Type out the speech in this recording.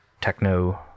techno